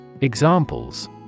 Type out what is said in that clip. Examples